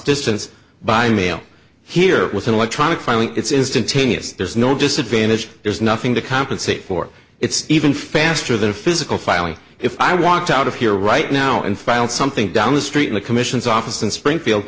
distance by mail here with an electronic filing it's instantaneous there's no disadvantage there's nothing to compensate for it's even faster than physical filing if i walked out of here right now and filed something down the street in the commission's office in springfield